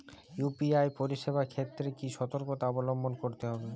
UPI পরিসেবার ক্ষেত্রে কি সতর্কতা অবলম্বন করতে হবে?